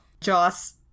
Joss